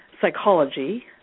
psychology